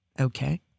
Okay